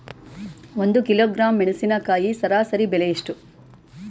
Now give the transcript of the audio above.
ಒಂದು ಕಿಲೋಗ್ರಾಂ ಮೆಣಸಿನಕಾಯಿ ಸರಾಸರಿ ಬೆಲೆ ಎಷ್ಟು?